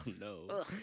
no